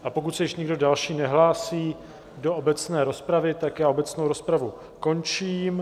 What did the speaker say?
A pokud se již nikdo další nehlásí do obecné rozpravy, tak obecnou rozpravu končím.